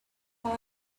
fire